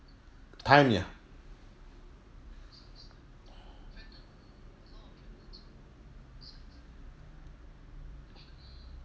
time ya